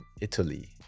Italy